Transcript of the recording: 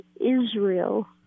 Israel